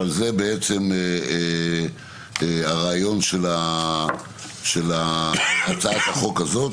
אבל זה הרעיון של הצעת החוק הזאת.